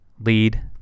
lead